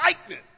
lightning